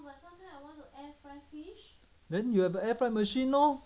then you have the air fry machine lor